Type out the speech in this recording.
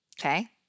Okay